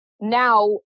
now